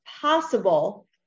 possible